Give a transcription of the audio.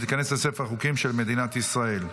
ותיכנס לספר החוקים של מדינת ישראל.